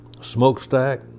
smokestack